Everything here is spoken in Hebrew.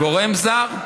גורם זר.